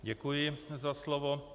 Děkuji za slovo.